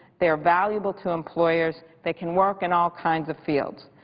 they are valuable to employers that can work in all kinds of fields.